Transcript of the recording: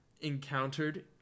encountered